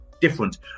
different